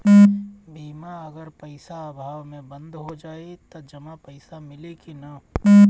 बीमा अगर पइसा अभाव में बंद हो जाई त जमा पइसा मिली कि न?